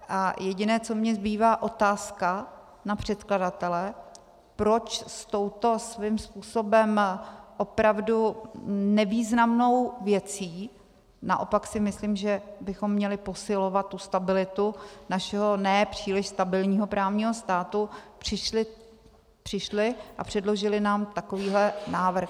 A jediné, co mi zbývá otázka na předkladatele, proč s touto svým způsobem opravdu nevýznamnou věcí naopak si myslím, že bychom měli posilovat stabilitu našeho ne příliš stabilního právního státu přišli a předložili nám takovýhle návrh.